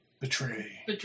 Betray